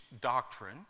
doctrine